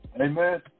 Amen